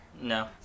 No